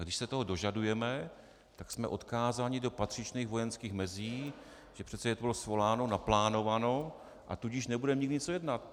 A když se toho dožadujeme, tak jsme odkázáni do patřičných vojenských mezí, že přece to bylo svoláno, naplánováno, a tudíž nebudeme mít co jednat.